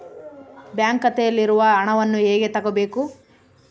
Bank ಖಾತೆಯಲ್ಲಿರುವ ಹಣವನ್ನು ಹೇಗೆ ತಗೋಬೇಕು?